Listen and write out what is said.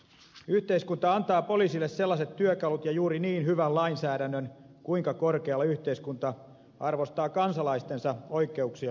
yhteiskunta antaa poliisille sellaiset työkalut ja juuri niin hyvän lainsäädännön kuinka korkealle yhteiskunta arvostaa kansalaistensa oikeuksien loukkaamattomuutta